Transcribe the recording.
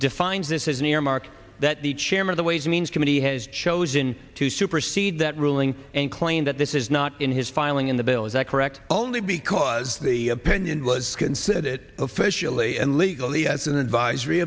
defines this as an earmark that the chairman of the ways and means committee has chosen to supersede that ruling and claim that this is not in his filing in the bill is that correct only because the opinion was considered it officially and legally as an advisory